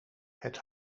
het